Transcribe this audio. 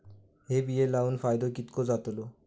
हे बिये लाऊन फायदो कितको जातलो?